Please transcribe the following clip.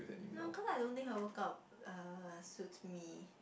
no cause I don't think her workout uh suits me